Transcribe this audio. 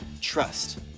trust